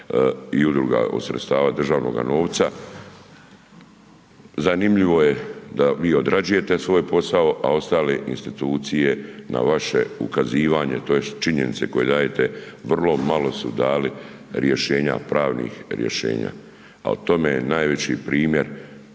i udruga od sredstava državnoga novca. Zanimljivo je da vi odrađujete svoj posao, a ostale institucije na vaše ukazivanje tj. činjenice koje dajete vrlo malo su dali rješenja, pravnih rješenja. Al tome je najveći primjer